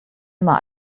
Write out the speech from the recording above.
immer